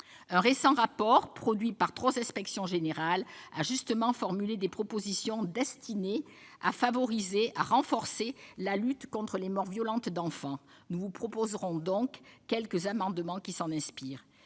Un récent rapport, produit par trois inspections générales, a justement formulé des propositions destinées à renforcer la lutte contre les morts violentes d'enfants. Nous proposerons des amendements qui s'en inspirent.